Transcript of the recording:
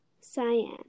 Cyan